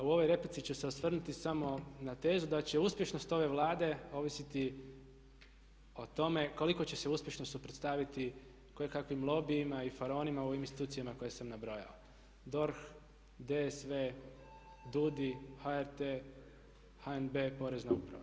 A u ovoj replici ću se osvrnuti samo na tezu da će uspješnost ove Vlade ovisiti o tome koliko će se uspješno suprotstaviti kojekakvim lobijima i faraonima u ovim institucijama koje sam nabrojao, DORH, DSV, DUUDI, HRT, HNB, Porezna uprava.